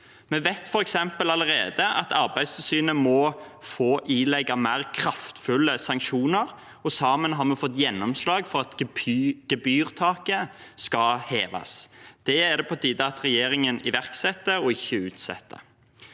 Vi vet f.eks. allerede at Arbeidstilsynet må få ilegge mer kraftfulle sanksjoner, og sammen har vi fått gjennomslag for at gebyrtaket skal heves. Det er det på tide at regjeringen iverksetter og ikke utsetter.